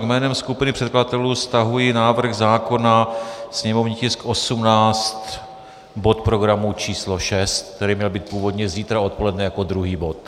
Jménem skupiny předkladatelů stahuji návrh zákona, sněmovní tisk 18, bod programu číslo 6, který měl být původně zítra odpoledne jako druhý bod.